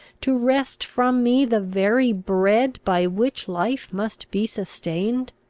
to wrest from me the very bread by which life must be sustained?